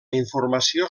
informació